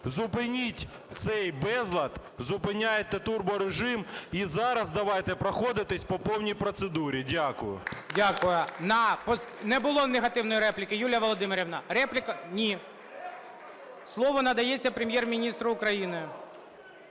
зупиніть цей безлад, зупиняйте "турборежим", і зараз давайте проходитися по повній процедурі. Дякую. ГОЛОВУЮЧИЙ. Дякую. Не було негативної репліки, Юлія Володимирівна. Репліка - ні. Слово надається Прем'єр-міністру України.